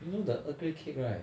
you know the earl grey cake right